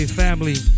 family